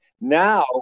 Now